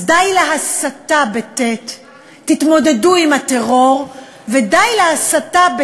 אז די להסטה, תתמודדו עם הטרור, ודי להסתה.